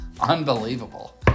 Unbelievable